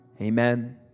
amen